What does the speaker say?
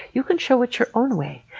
you can show it your own way.